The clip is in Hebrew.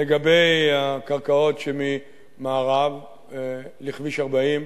לגבי הקרקעות שממערב לכביש 40,